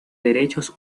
derechos